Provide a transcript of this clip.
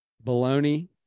bologna